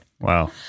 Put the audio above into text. Wow